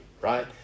right